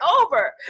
over